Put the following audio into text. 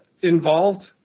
involved